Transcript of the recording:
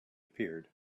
appeared